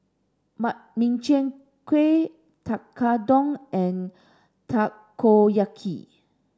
Makchang Gui Tekkadon and Takoyaki